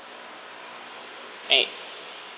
eh